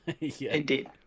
Indeed